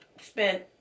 spent